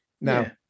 Now